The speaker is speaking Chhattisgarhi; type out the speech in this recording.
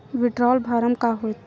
विड्राल फारम का होथेय